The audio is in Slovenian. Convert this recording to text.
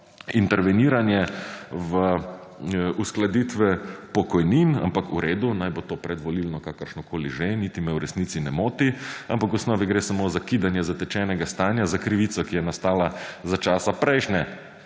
interveniranje v uskladitve pokojnin, ampak v redu, naj bo to predvolilno, kakršnokoli že, niti me v resnici ne moti. Ampak v osnovi gre samo za kidanje zatečenega, za krivico, ki je nastala za časa prejšnje